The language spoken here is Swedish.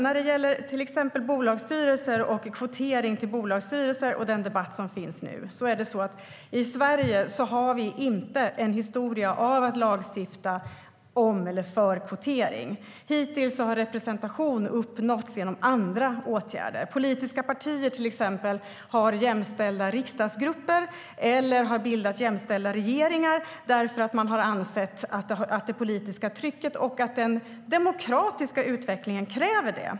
När det gäller kvotering till bolagsstyrelser och den debatt som förs om det nu kan jag säga att vi i Sverige inte har någon historia av att lagstifta för kvotering. Hittills har representation uppnåtts genom andra åtgärder. Politiska partier har till exempel jämställda riksdagsgrupper eller har bildat jämställda regeringar därför att man har ansett att det politiska trycket och den demokratiska utvecklingen kräver det.